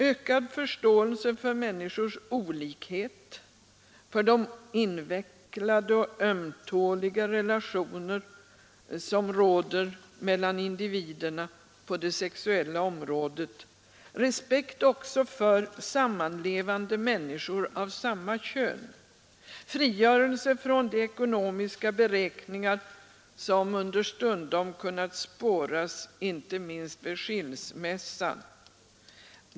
Ökad förståelse för människors olikhet, för de invecklade och öm tåliga relationer som råder mellan individerna på det sexuella området, respekt också för sammanlevande människor av samma kön, frigörelse från de ekonomiska beräkningar som understundom kunnat spåras, inte minst vid skilsmässa.